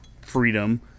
Freedom